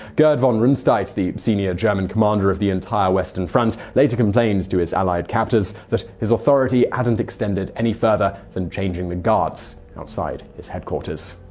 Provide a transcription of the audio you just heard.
gerd von rundstedt, the senior german commander for the entire western front, later complained to his allied captors that his authority hadn't extended any further than changing the guards outside his headquarters.